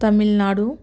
Tamil Nadu